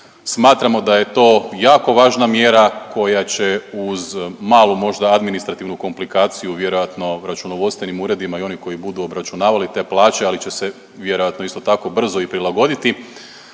Smatramo da je to jako važna mjera koja će uz malu možda administrativnu komplikaciju vjerojatno računovodstvenim uredima i oni koji budu obračunavali te plaće, ali će se vjerojatno isto tako brzo i prilagoditi,